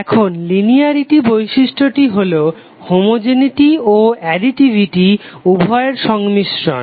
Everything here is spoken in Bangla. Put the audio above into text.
এখন লিনিয়ারিটি বৈশিষ্ট্যটি হলো হোমোজেনেটি ও অ্যাডিটিভিটি উভয়ের সংমিশ্রণ